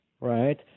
right